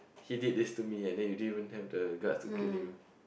he did this to me and then you don't even have the guts to kill him